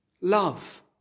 Love